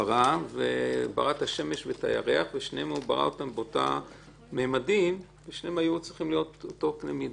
ברא את השמש ואת הירח באותם ממדים והיו צריכים להיות באותו קנה מידה.